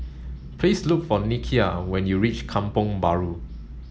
please look for Nikia when you reach Kampong Bahru